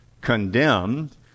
condemned